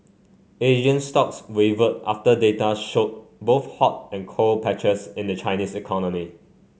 Asian stocks wavered after data showed both hot and cold patches in the Chinese economy